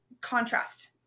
contrast